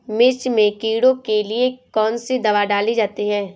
मिर्च में कीड़ों के लिए कौनसी दावा डाली जाती है?